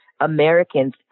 Americans